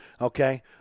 okay